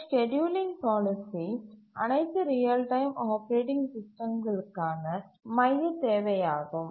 இந்த scheduling policy அனைத்து real time operating சிஸ்டம்களுக்கான மையத் தேவையாகும்